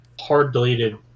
hard-deleted